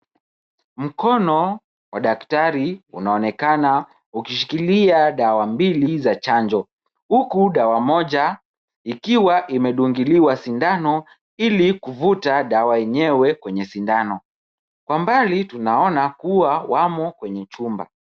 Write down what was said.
Mkono wa daktari unaonekana ukishikilia dawa mbili za chanjo, huku dawa moja ikiwa imedungiliwa sindano ili kuvuta dawa yenyewe kwenye sindano. Kwa mbali tunaona kuwa wamo kwenye chumba.